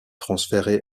transférée